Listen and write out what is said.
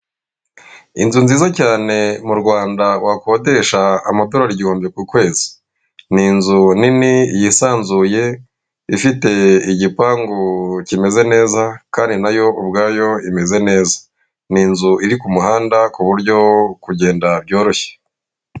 Inzu nziza cyane mu Rwanda wakodesha amadora igihumbi ku kwez,i ni inzu nini yisanzuye ifite igipangu kimeze neza, kandi nayo ubwayo imeze neza, ni inzu iri ku muhanda ku buryo kugenda byoroshye.